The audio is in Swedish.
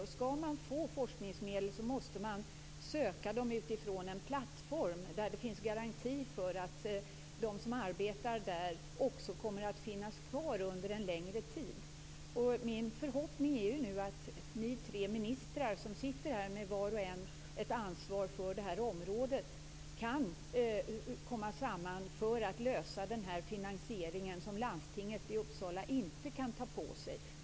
Och skall man få forskningsmedel måste man söka dem utifrån en plattform där det finns en garanti för att de som arbetar där också kommer att finnas kvar under en längre tid. Min förhoppning är ju nu att ni tre ministrar som sitter här, var och en med ett ansvar för detta område, kan komma samman för att lösa denna finansieringsfråga som landstinget i Uppsala inte kan ta på sig.